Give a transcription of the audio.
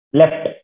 left